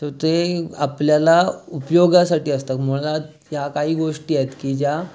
so ते आपल्याला उपयोगासाठी असतात मुळात ह्या काही गोष्टी आहेत की ज्या